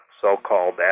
so-called